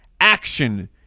action